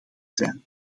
zijn